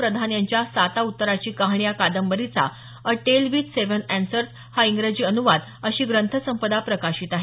प्रधान यांच्या साता उत्तराची कहाणी या कादंबरीचा a tale with seven answers हा इंग्रजी अनुवाद अशी ग्रंथसंपदा प्रकाशित आहे